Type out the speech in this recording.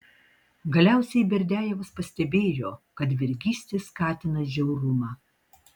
galiausiai berdiajevas pastebėjo kad vergystė skatina žiaurumą